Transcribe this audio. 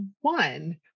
one